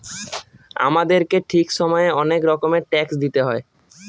আমাদেরকে ঠিক সময়ে অনেক রকমের ট্যাক্স দিতে হয়